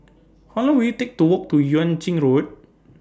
How Long Will IT Take to Walk to Yuan Ching Road